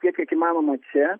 tiek kiek įmanoma čia